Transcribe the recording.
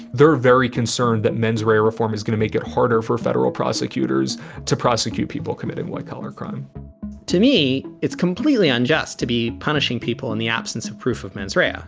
they're very concerned that menswear reform is going to make it harder for federal prosecutors to prosecute people committed white collar crime to me, it's completely unjust to be punishing people in the absence of proof of mens rea. yeah